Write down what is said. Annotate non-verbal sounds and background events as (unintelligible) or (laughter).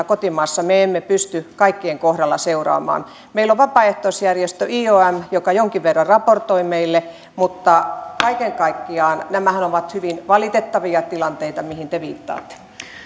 (unintelligible) kotimaassa me emme pysty kaikkien kohdalla seuraamaan meillä on vapaaehtoisjärjestö iom joka jonkin verran raportoi meille mutta kaiken kaikkiaan nämähän ovat hyvin valitettavia tilanteita mihin te viittaatte